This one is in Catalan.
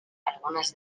algunes